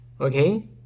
okay